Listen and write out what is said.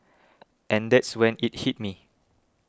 and that's when it hit me